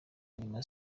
nyuma